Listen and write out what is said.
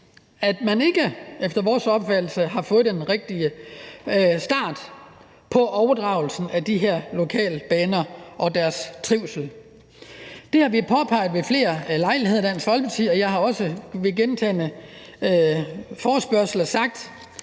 at man efter vores opfattelse ikke har fået den rigtige start på overdragelsen af de her lokalbaner og deres trivsel. Det har vi i Dansk Folkeparti påpeget ved flere lejligheder, og jeg har også ved gentagne forespørgsler sagt,